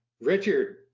richard